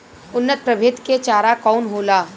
उन्नत प्रभेद के चारा कौन होला?